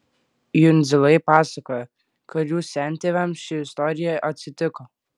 jundzilai pasakoja kad jų sentėviams ši istorija atsitiko